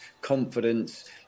confidence